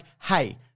hey